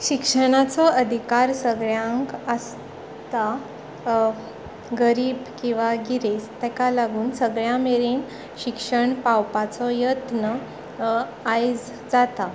शिक्षणाचो अधिकार सगळ्यांक आसता गरीब किंवा गिरेस्त ताका लागून सगळ्यां मेरेन शिक्षण पावपाचो यत्न आयज जाता